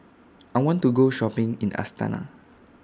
I want to Go Shopping in Astana